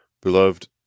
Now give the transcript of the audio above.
Beloved